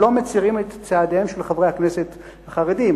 לא מצרים את צעדיהם של חברי הכנסת החרדים,